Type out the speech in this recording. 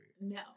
no